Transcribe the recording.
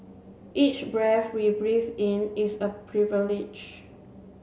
each breath we breathe in is a privilege